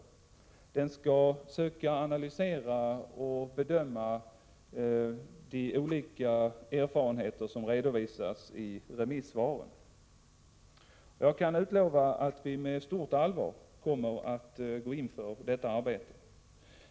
I propositionen skall man försöka analysera och bedöma de olika erfarenheter som redovisas i remissvaren. Jag kan utlova att vi med stort allvar kommer att gå in för detta arbete.